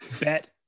Bet